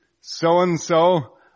so-and-so